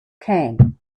came